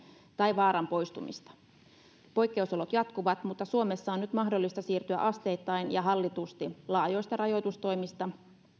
tai vaaran poistumista poikkeusolot jatkuvat mutta suomessa on nyt mahdollista siirtyä asteittain ja hallitusti laajoista rajoitustoimista